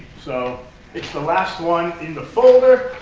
so it's the last one in the folder.